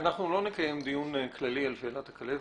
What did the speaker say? אנחנו לא נקיים דיון כללי על בעיית הכלבת,